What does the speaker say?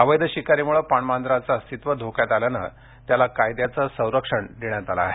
अवैध शिकारीमुळे पाणमांजराचं अस्तित्व धोक्यात आल्यान त्याला कायद्याचं संरक्षण देण्यात आलेल आहे